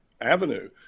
avenue